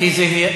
לסיים.